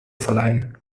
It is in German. verleihen